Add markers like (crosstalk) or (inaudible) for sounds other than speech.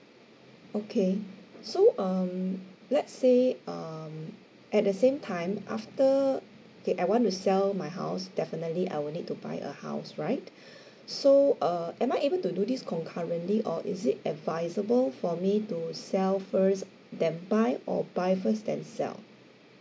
okay so um let's say um at the same time after okay I want to sell my house definitely I will need to buy a house right (breath) so uh am I able to do this concurrently or is it advisable for me to sell first then buy or buy first then sell